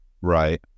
Right